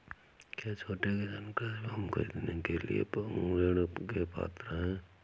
क्या छोटे किसान कृषि भूमि खरीदने के लिए ऋण के पात्र हैं?